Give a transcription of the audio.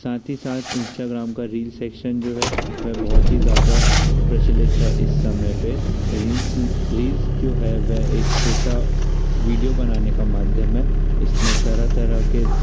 साथ ही साथ इंस्टाग्राम का रील्स है सेक्शन जो है वह बहुत ही ज़्यादा प्रचलित है इस समय पे रील्स रील्स जो है वह एक छोटा विडिओ बनाने का माध्यम है इसमें तरह तरह के